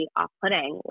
off-putting